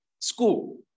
school